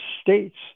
states